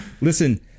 listen